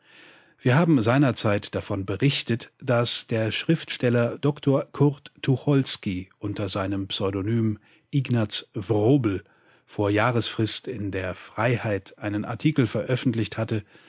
wir haben seinerzeit davon berichtet daß der schriftsteller dr kurt tucholsky unter seinem pseudonym ignaz wrobel vor jahresfrist in der freiheit einen artikel veröffentlicht hatte